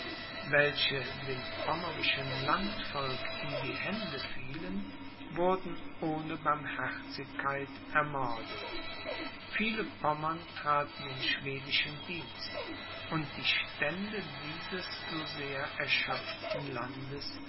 welche dem pommerischen landvolk in die hände fielen wurden ohne barmherzigkeit ermordet viele pommern traten in schwedischen dienst und die stände dieses so sehr erschöpften landes